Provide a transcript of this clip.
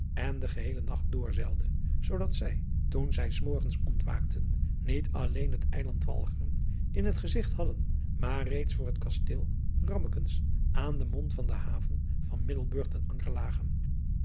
en den geheelen nacht doorzeilde zoodat zij toen zij s morgens ontwaakten niet alleen het eiland walcheren in het gezigt hadden maar reeds voor het kasteel rammekens aan den mond van de haven van middelburg ten anker lagen